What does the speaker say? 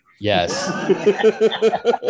Yes